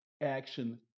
action